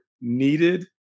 needed